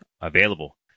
available